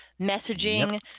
messaging